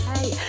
hey